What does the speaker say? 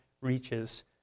reaches